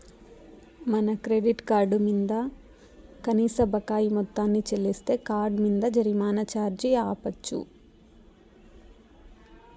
మన credit card మింద కనీస బకాయి మొత్తాన్ని చెల్లిస్తే కార్డ్ మింద జరిమానా ఛార్జీ ఆపచ్చు